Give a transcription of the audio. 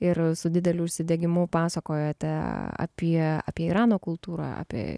ir su dideliu užsidegimu pasakojote apie apie irano kultūrą apie